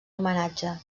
homenatge